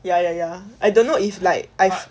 ya ya ya I don't know if like I